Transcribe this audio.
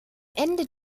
ende